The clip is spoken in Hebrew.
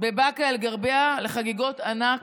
בבאקה אל-גרבייה לחגיגות ענק,